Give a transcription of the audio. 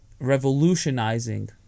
revolutionizing